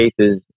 cases